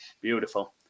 beautiful